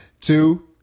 Two